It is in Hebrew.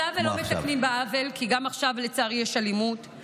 ספגנו אלימות קשה, קשה.